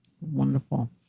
Wonderful